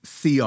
CR